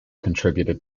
contributed